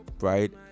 Right